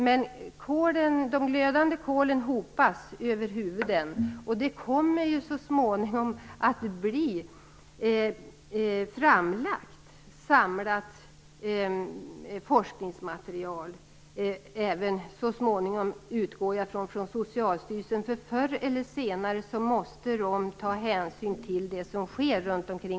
Men de glödande kolen hopas över huvudena, och ett samlat forskningsmaterial kommer så småningom att bli framlagt även från Socialstyrelsen - det utgår jag ifrån. Förr eller senare måste hänsyn tas till det som sker runt omkring.